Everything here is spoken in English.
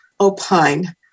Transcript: opine